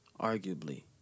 Arguably